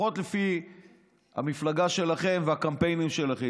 לפחות לפי המפלגה שלכם והקמפיינים שלכם,